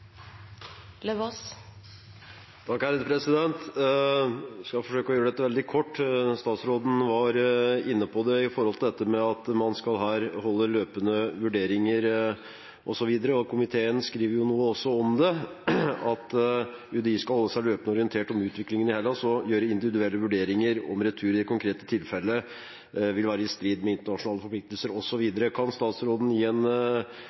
skal forsøke å gjøre dette veldig kort. Statsråden var inne på at man skal ha løpende vurderinger, osv., og komiteen skriver også at UDI skal holde seg løpende orientert om utviklingen i Hellas og gjøre individuelle vurderinger av om retur i det konkrete tilfellet vil være i strid med internasjonale forpliktelser, osv. Kan statsråden gi en